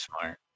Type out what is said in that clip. smart